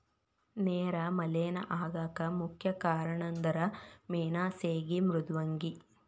ನೇರ ಮಲೇನಾ ಆಗಾಕ ಮುಖ್ಯ ಕಾರಣಂದರ ಮೇನಾ ಸೇಗಿ ಮೃದ್ವಂಗಿ